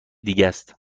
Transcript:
دیگهس